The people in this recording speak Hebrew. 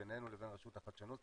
בינינו לבין הרשות לחדשנות,